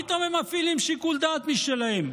מה פתאום הם מפעילים שיקול דעת משלהם?